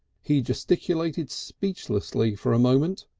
he gesticulated speechlessly for a moment.